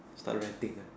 start ranting uh